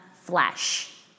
flesh